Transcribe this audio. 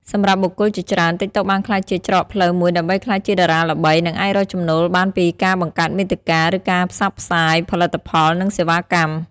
សម្រាប់បុគ្គលជាច្រើន ទីកតុកបានក្លាយជាច្រកផ្លូវមួយដើម្បីក្លាយជាតារាល្បី និងអាចរកចំណូលបានពីការបង្កើតមាតិកា ឬការផ្សព្វផ្សាយផលិតផល និងសេវាកម្ម។